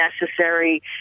necessary